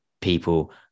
people